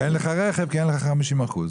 ואין לך רכב כי אין לך 50 אחוזים.